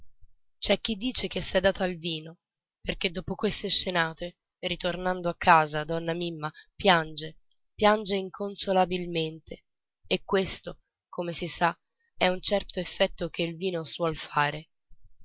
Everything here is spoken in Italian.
c'è chi dice che s'è data al vino perché dopo queste scenate ritornando a casa donna mimma piange piange inconsolabilmente e questo come si sa è un certo effetto che il vino suol fare